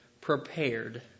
prepared